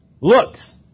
Looks